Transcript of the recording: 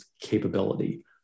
capability